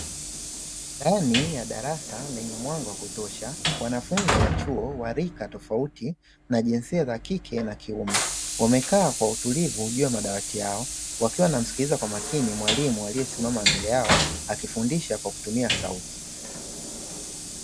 Ndani darasa lenye mwanga wa kutosha, wanafunzi wa chuo wenye rika tofauti na jinsia za kike na kiume, wakekaa kwa utulivu juu ya madawati yao, wakiwa wanamskiliza kwa makini mwalimu aliyesimama mbele yao akifundisha kwa kutumia sauti.